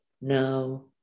now